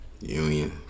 Union